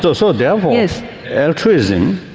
so so therefore altruism,